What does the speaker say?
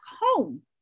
home